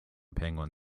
penguin